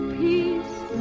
peace